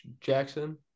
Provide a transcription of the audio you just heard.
Jackson